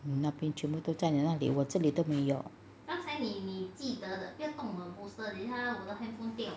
那边全部都在你那里我这里都没有